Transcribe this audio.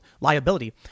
liability